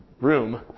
room